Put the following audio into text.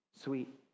sweet